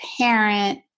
parent